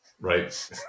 right